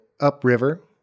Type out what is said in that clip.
upriver